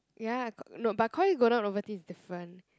ya Ko~ no but Koi golden Ovaltine is different